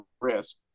risk